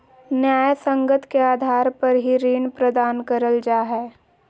न्यायसंगत के आधार पर ही ऋण प्रदान करल जा हय